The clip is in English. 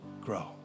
grow